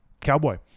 Cowboy